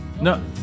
No